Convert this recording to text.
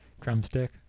drumstick